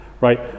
right